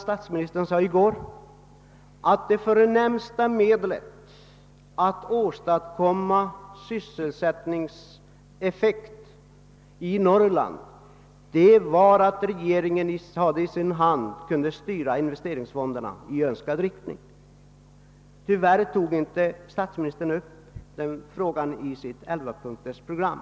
Statsministern sade att det förnämsta medlet för att åstadkomma sysselsättning i Norrland skulle vara att regeringen ges möjlighet att styra investeringsfonderna i önskad riktning. Tyvärr tog statsministern inte upp denna fråga i sitt elvapunktsprogram.